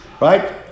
Right